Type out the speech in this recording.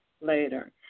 later